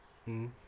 mm